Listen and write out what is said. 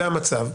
זה המצב,